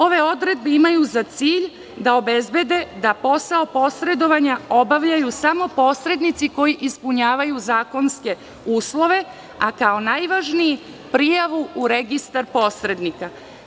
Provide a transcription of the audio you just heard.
Ove odredbe imaju za cilj da obezbede da posao posredovanja obavljaju samo posrednici koji ispunjavaju zakonske uslove, a kao najvažniji prijavu u registar posrednika.